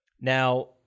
Now